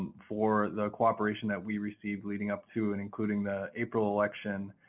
for the corporation that we received leading up to and including the april election.